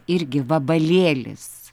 irgi vabalėlis